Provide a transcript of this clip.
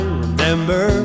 remember